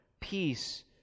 peace